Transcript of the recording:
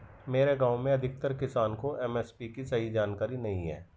मेरे गांव में अधिकतर किसान को एम.एस.पी की सही जानकारी नहीं है